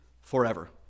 forever